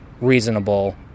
reasonable